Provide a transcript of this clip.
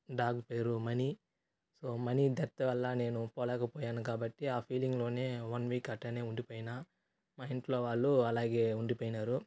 dog పేరు Mani so Mani death వల్ల నేను పోలేకపోయాను కాబట్టి ఆ ఫీలింగ్లోనే వన్ వీక్ అట్టానే ఉండిపోయిన మా ఇంట్లో వాళ్ళు అలాగే ఉండిపోయినారు